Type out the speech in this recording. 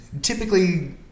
typically